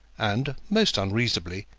and, most unreasonably,